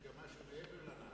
יש גם מה שמעבר לנהר.